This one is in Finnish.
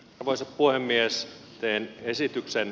arvoisa puhemies teen esityksen